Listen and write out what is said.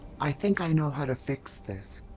i think i know how to fix this.